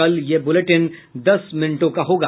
कल यह बुलेटिन दस मिनटों का होगा